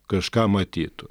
kažką matytų